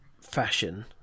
fashion